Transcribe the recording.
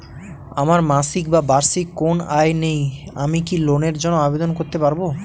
আমার মাসিক বা বার্ষিক কোন আয় নেই আমি কি লোনের জন্য আবেদন করতে পারব?